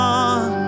on